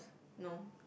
no